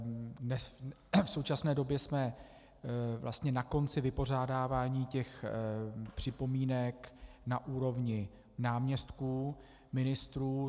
V současné době jsme vlastně na konci vypořádávání připomínek na úrovni náměstků ministrů.